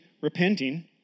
repenting